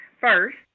First